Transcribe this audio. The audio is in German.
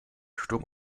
sturm